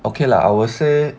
okay lah I would say